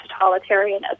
totalitarianism